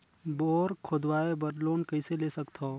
Bore खोदवाय बर loan कइसे ले सकथव?